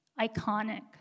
Iconic